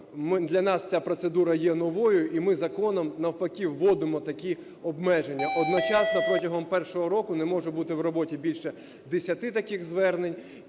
для нас ця процедура є новою і ми законом навпаки вводимо такі обмеження, одночасно протягом першого року не може бути в роботі більше 10 таких звернень